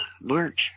March